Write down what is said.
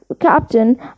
captain